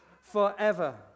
forever